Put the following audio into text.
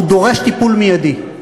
שהוא דורש טיפול מיידי.